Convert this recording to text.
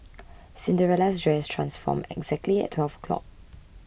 Cinderella's dress transformed exactly at twelve o'clock